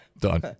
Done